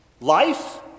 Life